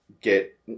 get